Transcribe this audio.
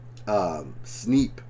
sneep